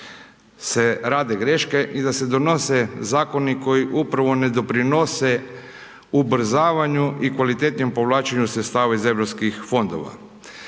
se rade greške i da se donose zakoni koji upravo ne doprinose ubrzavanju i kvalitetnijem povlačenjem sredstava iz europskih fondova.